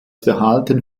verhalten